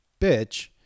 bitch